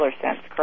correct